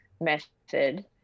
method